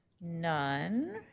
none